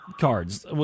cards